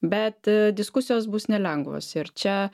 bet diskusijos bus nelengvos ir čia